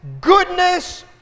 goodness